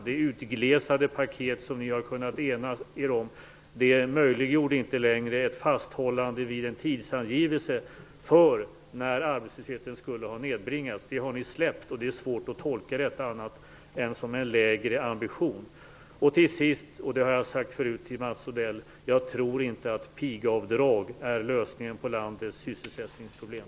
Det utglesade paket som ni har kunnat ena er om möjliggjorde inte längre ett fasthållande vid en tidsangivelse för när arbetslösheten skulle ha nedbringats. Den har ni släppt, och det är svårt att tolka detta på annat sätt än som en lägre ambition. Till sist, och det har jag sagt förut till Mats Odell, tror jag inte att pigavdrag är lösningen på landets sysselsättningsproblem.